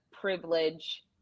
privilege